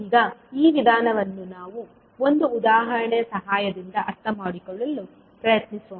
ಈಗ ಈ ವಿಧಾನವನ್ನು ನಾವು ಒಂದು ಉದಾಹರಣೆಯ ಸಹಾಯದಿಂದ ಅರ್ಥಮಾಡಿಕೊಳ್ಳಲು ಪ್ರಯತ್ನಿಸೋಣ